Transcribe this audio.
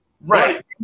Right